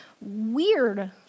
weird